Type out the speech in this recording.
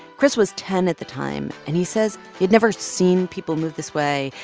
chris was ten at the time, and he says he had never seen people move this way.